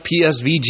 PSVG